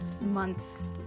months